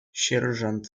sierżant